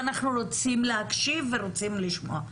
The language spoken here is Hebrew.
אנחנו רוצים להקשיב ורוצים לשמוע.